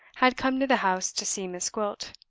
had come to the house to see miss gwilt.